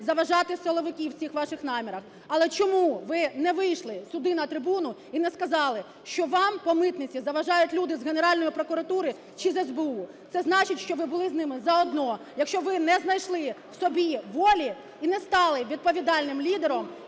заважати силовики в цих ваших намірах, але чому ви не вийшли сюди на трибуну і не сказали, що вам по митниці заважають люди з Генеральної прокуратури чи з СБУ? Це значить, що ви були з ними заодно, якщо ви не знайшли в собі волі і не стали відповідальним лідером,